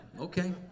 Okay